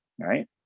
right